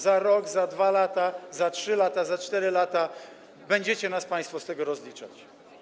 Za rok, za 2 lata, za 3 lata, za 4 lata będziecie nas państwo z tego rozliczać.